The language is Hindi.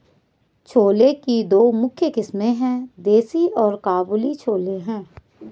छोले की दो मुख्य किस्में है, देसी और काबुली छोले हैं